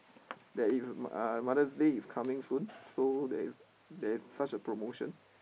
there is uh Mother's-Day is coming soon so there is there is such a promotion